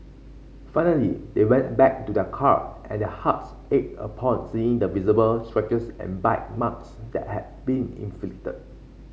finally they went a back to their car and their hearts ached upon seeing the visible scratches and bite marks that had been inflicted